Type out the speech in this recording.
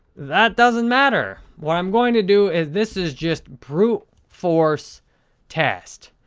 that doesn't matter. what i'm going to do is this is just brute force test.